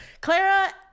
Clara